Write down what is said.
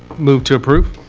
move to approve.